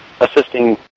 assisting